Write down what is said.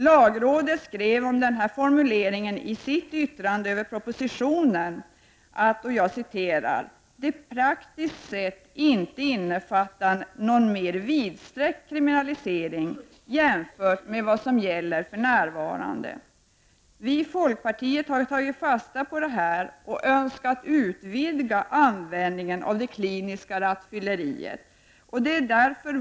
Lagrådet skrev om denna formulering i sitt yttrande över oppositionen att ”det praktiskt sett inte innefattar någon mer vidsträckt kriminalisering jämfört med vad som gäller för närvarande”. Vi i folkpartiet har tagit fasta på detta och önskat utvidga användningen av bestämmelsen om kliniskt rattfylleri.